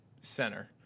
center